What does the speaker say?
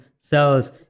cells